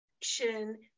action